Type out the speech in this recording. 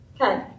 Okay